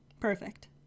Perfect